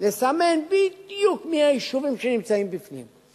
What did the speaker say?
לסמן בדיוק מי היישובים שנמצאים בפנים.